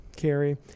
Carrie